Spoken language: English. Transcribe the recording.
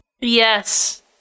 Yes